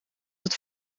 dat